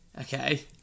okay